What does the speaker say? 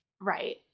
Right